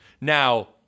Now